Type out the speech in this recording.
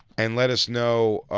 and let us know, ah,